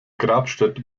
grabstätte